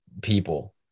people